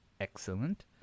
excellent